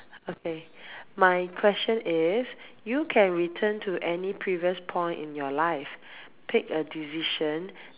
okay my question is you can return to any previous point in your life pick a decision